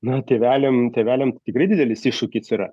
na tėveliam tėveliam tai tikrai didelis iššūkis yra